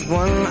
one